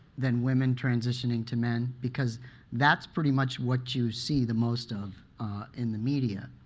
than women transitioning to men? because that's pretty much what you see the most of in the media.